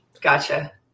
Gotcha